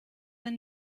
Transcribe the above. wenn